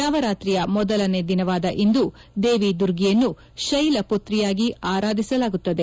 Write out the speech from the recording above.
ನವರಾತ್ರಿಯ ಮೊದಲನೆ ದಿನವಾದ ಇಂದು ದೇವಿ ದುರ್ಗಿಯನ್ನು ಶೈಲಪುತ್ರಿಯಾಗಿ ಆರಾಧಿಸಲಾಗುತ್ತದೆ